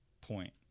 point